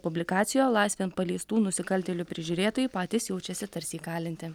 publikacijo laisvėn paleistų nusikaltėlių prižiūrėtojai patys jaučiasi tarsi įkalinti